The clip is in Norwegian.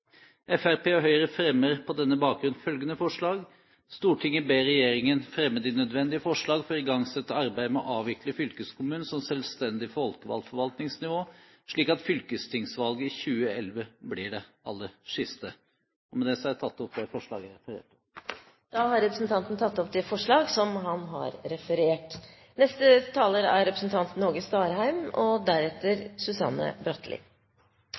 Fremskrittspartiet og Høyre fremmer på denne bakgrunn følgende forslag: «Stortinget ber regjeringen fremme de nødvendige forslag for å igangsette arbeidet med å avvikle fylkeskommunen som selvstendig folkevalgt forvaltningsnivå, slik at fylkestingsvalget i 2011 blir det aller siste.» Med det har jeg tatt opp det forslaget jeg refererte. Da har representanten Trond Helleland tatt opp det forslaget som han refererte. Det er vel kjent for mest alle at vi i Framstegspartiet lenge har